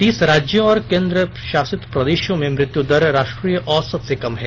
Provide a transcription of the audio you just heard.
तीस राज्यों और केन्द्रशासित प्रदेशों में मृत्यु दर राष्ट्रीय औसत से कम है